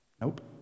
Nope